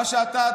מה שאתה,